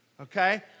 Okay